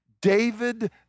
David